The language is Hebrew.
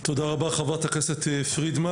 תודה רבה, חברת הכנסת פרידמן.